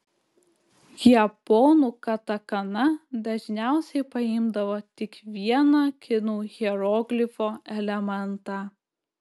japonų katakana dažniausiai paimdavo tik vieną kinų hieroglifo elementą